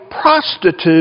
prostitute